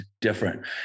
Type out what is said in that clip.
different